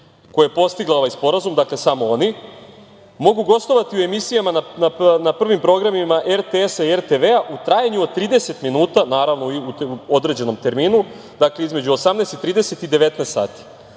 koja je postigla ovaj sporazum, dakle, samo oni, mogu gostovati u emisija na prvim programima RTS o RTV u trajanju od 30 minuta u određenom terminu, između 18.30 i 19.00 sati.